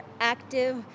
active